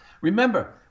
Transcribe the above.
Remember